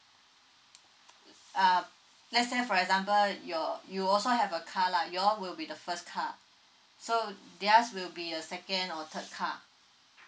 uh let's say for example a your you also have a car like you all will be the first card so uh their will be the second or third car